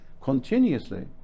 continuously